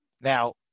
Now